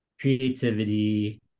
creativity